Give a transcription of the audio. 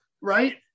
Right